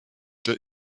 der